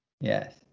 Yes